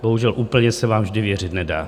Bohužel, úplně se vám vždy věřit nedá.